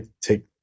take